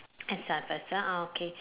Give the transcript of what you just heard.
I start first ah uh okay